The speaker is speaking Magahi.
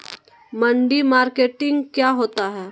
मंडी मार्केटिंग क्या होता है?